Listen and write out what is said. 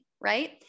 right